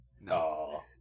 No